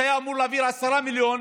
שהיה אמור להעביר 10 מיליון,